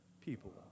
people